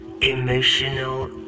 emotional